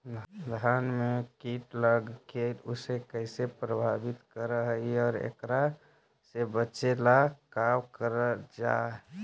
धान में कीट लगके उसे कैसे प्रभावित कर हई और एकरा से बचेला का करल जाए?